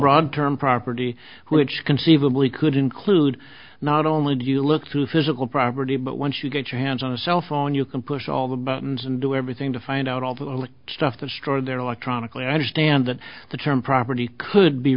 broad term property which conceivably could include not only do you look through physical property but once you get your hands on a cellphone you can push all the buttons and do everything to find out all the stuff the stroller their electronic way i understand that the term property could be